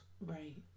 right